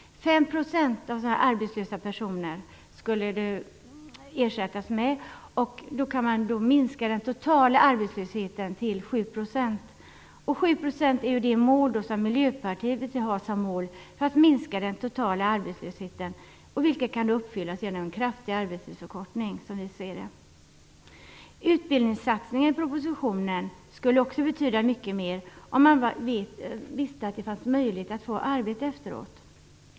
5 % skulle kunna ersättas med arbetslösa personer. Då kan man minska den totala arbetslösheten till 7 %. 7 % är ju det mål som Miljöpartiet vill ha när det gäller att minska den totala arbetslösheten. Det målet kan, som vi ser det, uppfyllas genom en kraftig arbetstidsförkortning. Utbildningssatsningen i propositionen skulle också betyda mycket mer om man visste att det fanns möjlighet att få arbete efteråt.